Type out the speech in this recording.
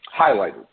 highlighted